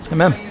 Amen